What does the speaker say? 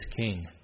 king